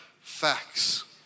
facts